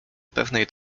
pewnej